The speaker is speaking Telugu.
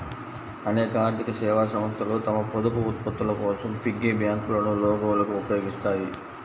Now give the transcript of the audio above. అనేక ఆర్థిక సేవా సంస్థలు తమ పొదుపు ఉత్పత్తుల కోసం పిగ్గీ బ్యాంకులను లోగోలుగా ఉపయోగిస్తాయి